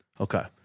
okay